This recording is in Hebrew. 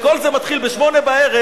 כשכל זה מתחיל ב-08:00,